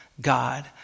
God